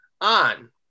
on –